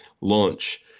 launch